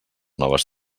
noves